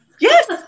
Yes